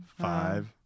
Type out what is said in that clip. five